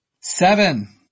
Seven